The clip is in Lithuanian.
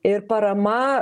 ir parama